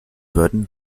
würden